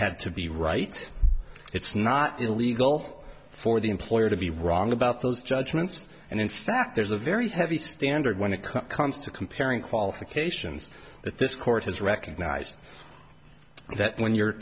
had to be right it's not illegal for the employer to be wrong about those judgments and in fact there's a very heavy standard when it comes to comparing qualifications that this court has recognized that when you're